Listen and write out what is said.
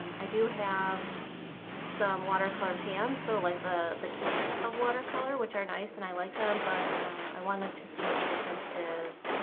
um i do have some watercolor pans. so like the the cakes of ah watercolor which are nice and i like them but i wanted to see what the difference is,